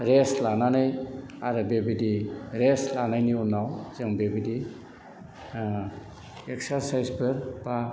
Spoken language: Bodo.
रेस लानानै आरो बेबायदि रेस लानायनि उनाव जों बेबायदि एक्सारसाइजफोर बा